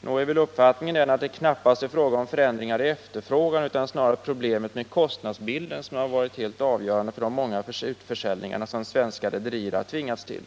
Nog är väl uppfattningen den att det knappast är fråga om förändringar i efterfrågan utan snarare problemet med kostnadsbilden som har varit helt avgörande för de många utförsäljningar som svenska rederier har tvingats till.